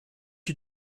you